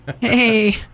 Hey